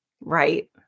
Right